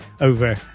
Over